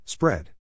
Spread